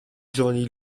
giovani